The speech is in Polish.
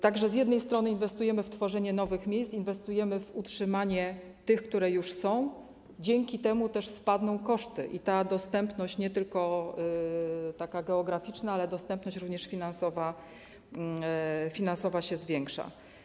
Tak że inwestujemy w tworzenie nowych miejsc, inwestujemy w utrzymanie tych, które już są, dzięki temu też spadną koszty i ta dostępność, nie tylko taka geograficzna, ale dostępność również finansowa się zwiększa.